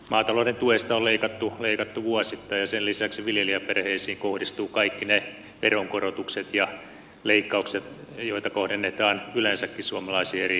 maatalouden tuesta on leikattu vuosittain ja sen lisäksi viljelijäperheisiin kohdistuvat kaikki ne veronkorotukset ja leikkaukset joita kohdennetaan yleensäkin suomalaisiin eri väestöryhmiin